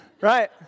Right